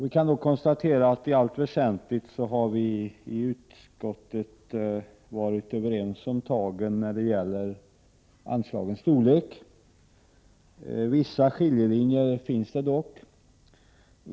Vi kan konstatera att vi i utskottet i allt väsentligt har varit överens om tagen när det gäller anslagens storlek. Vissa skiljelinjer finns det dock.